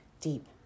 deep